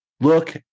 Look